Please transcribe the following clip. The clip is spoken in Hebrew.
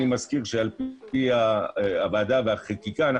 אני מזכיר שעל פי הוועדה והחקיקה,